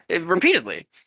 repeatedly